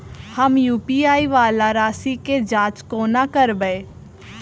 हम यु.पी.आई वला राशि केँ जाँच कोना करबै?